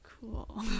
cool